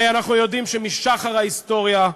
הרי אנחנו יודעים שמשחר ההיסטוריה,